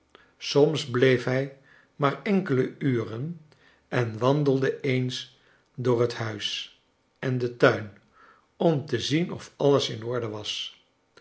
soms bleef hij maar enkele uren en wandelde eens door het huis en den tuin om te zien of alles in orde was